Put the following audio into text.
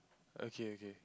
okay okay